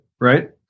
right